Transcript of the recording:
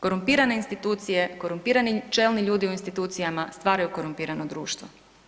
Korumpirane institucije, korumpirani čelni ljudi u institucijama stvaraju korumpirano društvo.